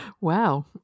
Wow